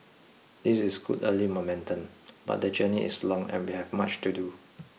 this is good early momentum but the journey is long and we have much to do